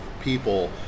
people